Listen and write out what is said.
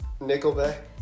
Nickelback